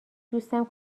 دوستم